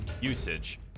usage